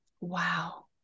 Wow